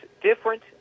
different